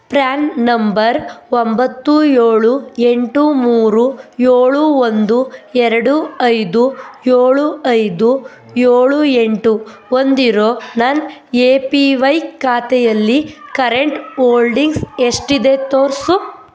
PRAN number ಒಂಬತ್ತು ಏಳು ಎಂಟು ಮೂರು ಏಳು ಒಂದು ಎರಡು ಐದು ಏಳು ಐದು ಏಳು ಎಂಟು ಹೊಂದಿರೋ ನನ್ನ ಎ ಪಿ ವೈ ಖಾತೆಯಲ್ಲಿ ಕರೆಂಟ್ ಓಲ್ಡಿಂಗ್ಸ್ ಎಷ್ಟಿದೆ ತೋರಿಸು